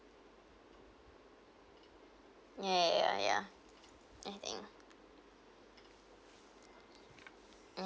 ya ya ya I think